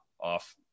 off